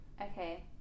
okay